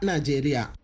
Nigeria